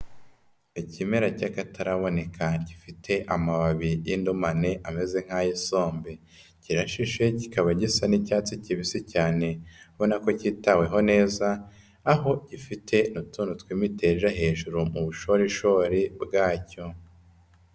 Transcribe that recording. Ikimera cy'akataraboneka gifite amababi y'indumane ameze nk'ay'isombe. Kirashishe kikaba gisa n'icyatsi kibisi cyane ubona ko kitaweho neza. Aho gifite n'utuntu tw'imiteja hejuru mu bushorishori bwacyo.